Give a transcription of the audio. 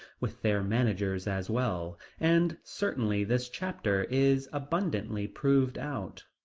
with their managers as well, and certainly this chapter is abundantly proved out.